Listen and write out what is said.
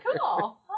cool